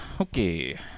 Okay